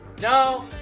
no